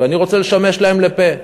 ואני רוצה לשמש להן לפה.